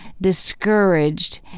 discouraged